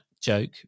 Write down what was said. joke